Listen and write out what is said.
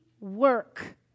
work